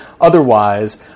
Otherwise